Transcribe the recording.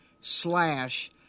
slash